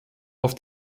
auf